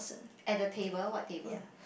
at the table what table